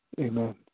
Amen